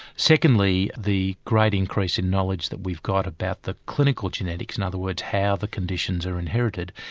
secondly the great increase in knowledge that we've got about the clinical genetics, in other words how the conditions are inherited,